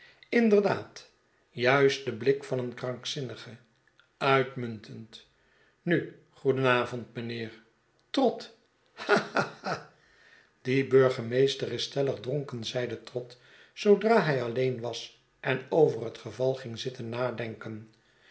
inderdaad juist de blik van een krankzinnige uitmuntend nu goedenavond mijnheer trott ha ha hal die burgemeester is stellig dronken zeide trott zoodra hij alleen was en over het geval ging zitten nadenken